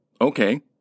Okay